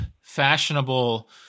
fashionable